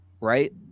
right